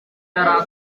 yari